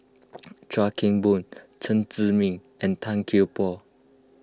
Chuan Keng Boon Chen Zhiming and Tan Kian Por